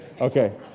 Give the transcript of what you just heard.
Okay